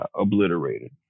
obliterated